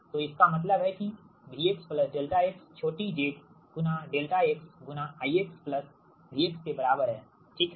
तो इसका मतलब है कि V x ∆x छोटी z गुना ∆x गुना I प्लस V के बराबर है ठीक है